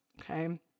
Okay